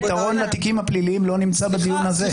הפתרון לתיקים הפליליים לא נמצא בדיון הזה.